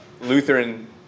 Lutheran